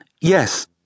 Yes